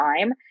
time